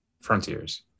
Frontiers